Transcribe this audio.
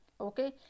okay